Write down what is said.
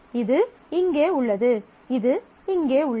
இது இங்கே உள்ளது இது இங்கே உள்ளது